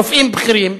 רופאים בכירים,